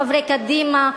חברי קדימה,